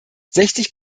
sechzig